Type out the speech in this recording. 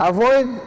Avoid